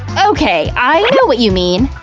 okay! i know what you mean.